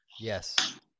yes